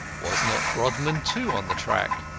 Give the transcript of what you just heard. was not grodman, too, on the track?